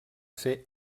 ser